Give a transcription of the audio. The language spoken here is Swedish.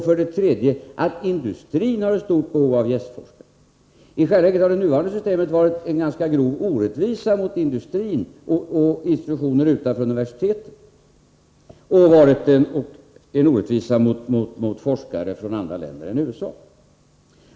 För det tredje har också industrin ett stort behov av gästforskare. I själva verket har det nuvarande systemet inneburit en ganska stor orättvisa mot industrin och institutioner utanför universiteten, och dessutom har det inneburit en orättvisa mot forskare från andra länder än USA.